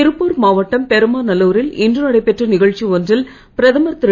திருப்பூர் மாவட்டம் பெருமாநல்லூரில் இன்று நடைபெற்ற நிகழ்ச்சி ஒன்றில் பிரதமர் திரு